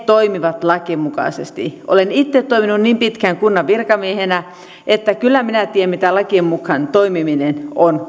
toimivat lakien mukaisesti olen itse toiminut niin pitkään kunnan virkamiehenä että kyllä minä tiedän mitä lakien mukaan toimiminen on